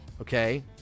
okay